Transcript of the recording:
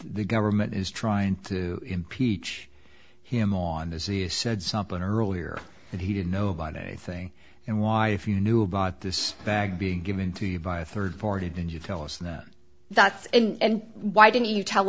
the government is trying to impeach him on disease said something earlier that he didn't know about anything and why if you knew about this bag being given to you by a third party didn't you tell us that that's and why didn't you tell